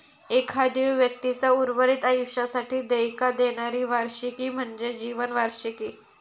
एखाद्यो व्यक्तीचा उर्वरित आयुष्यासाठी देयका देणारी वार्षिकी म्हणजे जीवन वार्षिकी